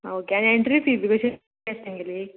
okay आनी entry fee बी कशी आसा तर तेंगेली